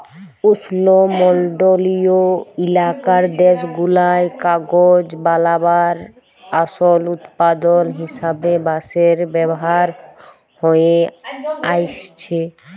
উস্লমলডলিয় ইলাকার দ্যাশগুলায় কাগজ বালাবার আসল উৎপাদল হিসাবে বাঁশের ব্যাভার হঁয়ে আইসছে